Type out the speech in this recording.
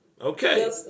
Okay